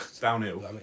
Downhill